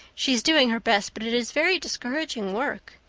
she is doing her best, but it is very discouraging work.